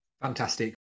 Fantastic